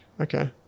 Okay